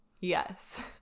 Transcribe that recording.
Yes